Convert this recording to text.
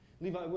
Levi